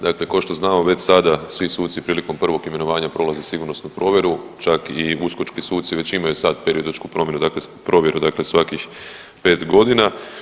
Dakle, kao što znamo već sada svi suci prilikom prvog imenovanja prolaze sigurnosnu provjeru, čak i Uskočki suci već imaju sada periodičku provjeru dakle svakih 5 godina.